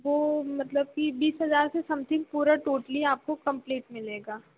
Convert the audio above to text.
वह मतलब कि बीस हज़ार से समथींग पूरा टोटली आपको कम्प्लीट मिलेगा